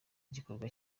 igikorwa